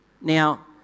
Now